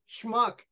schmuck